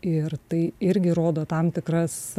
ir tai irgi rodo tam tikras